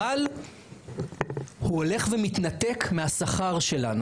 אבל הוא הולך ומתנתק מהשכר שלנו.